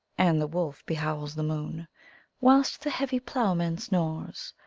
and the wolf behowls the moon whilst the heavy ploughman snores,